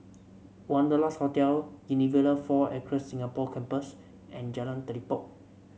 Wanderlust Hotel Unilever Four Acres Singapore Campus and Jalan Telipok